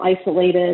isolated